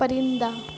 پرندہ